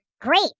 great